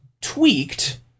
tweaked